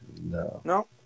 No